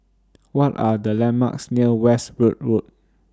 What Are The landmarks near Westwood Road